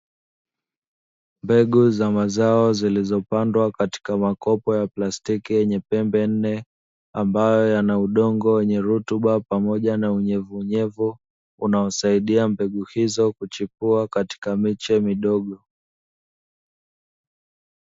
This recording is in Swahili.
Mbegu za mazao zilizopandwa katika makopo ya plastiki yenye pembe nne, ambayo yana udongo wenye rutuba pamoja na unyevunyevu unaosaidia mbegu hizo kuchipua katika miche midogo.